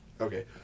Okay